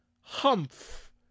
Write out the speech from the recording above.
humph